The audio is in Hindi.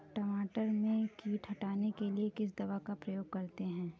मटर में कीट हटाने के लिए किस दवा का प्रयोग करते हैं?